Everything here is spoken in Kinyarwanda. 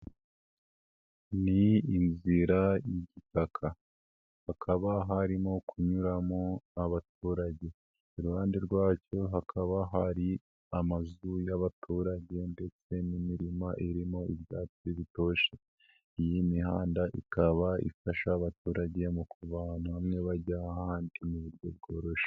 Ni inzira y'igipaka. Hakaba harimo kunyuramo abaturage. Iruhande rwacyo, hakaba hari amazu y'abaturage ndetse n'imirima irimo ibyatsi bitoshye. Iyi mihanda ikaba ifasha abaturage mu kuva hamwe bajya ahandi mu buryo bwororoshye.